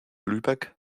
lübeck